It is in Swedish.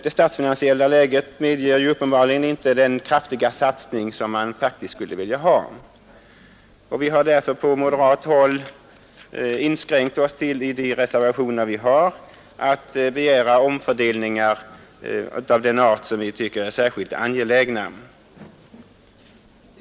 Det statsfinansiella läget medger dock uppenbarligen inte den kraftiga satsning man faktiskt skulle vilja ha. Vi har därför på moderat håll i våra reservationer inskränkt oss till att begära sådana omfördelningar som vi tycker är särskilt angelägna.